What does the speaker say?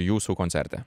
jūsų koncerte